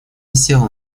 села